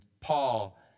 Paul